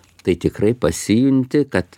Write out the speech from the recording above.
tai tikrai pasijunti kad